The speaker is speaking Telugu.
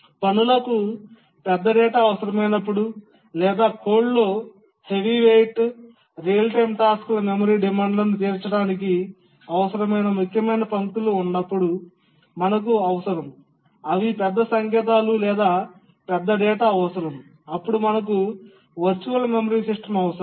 పనులకు పెద్ద డేటా అవసరమైనప్పుడు లేదా కోడ్లో హెవీవెయిట్ రియల్ టైమ్ టాస్క్ల మెమరీ డిమాండ్లను తీర్చడానికి అవసరమైన ముఖ్యమైన పంక్తులు ఉన్నపుడు మనకు అవసరం అవి పెద్ద సంకేతాలు లేదా పెద్ద డేటా అవసరం అప్పుడు మనకు వర్చువల్ మెమరీ సిస్టమ్ అవసరం